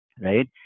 right